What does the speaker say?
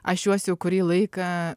aš juos jau kurį laiką